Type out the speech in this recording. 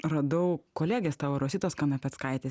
radau kolegės tavo rositos kanapeckaitės